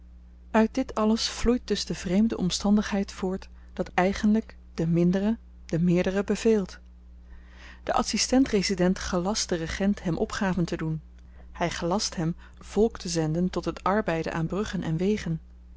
uit dit alles vloeit dus de vreemde omstandigheid voort dat eigenlyk de mindere den meerdere beveelt de adsistent resident gelast den regent hem opgaven te doen hy gelast hem volk te zenden tot het arbeiden aan bruggen en wegen